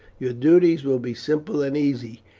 your duties will be simple and easy,